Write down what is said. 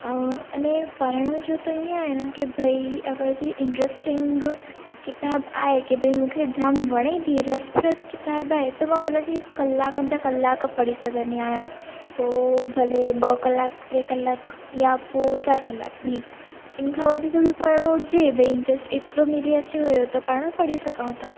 ऐं अने पढ़ण जो त ईअं आहे न की भई अगरि जे इंट्र्स्टिंग किताबु आहे की भई मूंखे जाम वणे थी रस प्रत किताबु आहे त मां उन खे कलाकनि जा कलाक पढ़ी सघंदी आहियां पो भले ॿ कलाक टे कलाक या पोइ टे चारि कलाकु बि इन खां वधीक बि पढ़णो हुजे भई इंट्र्स्ट एतिरो मेरे अची वियो त पाण पढ़ी सघूं था